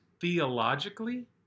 theologically